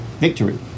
victory